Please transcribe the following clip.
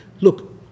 look